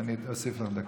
אני אוסיף לך דקה.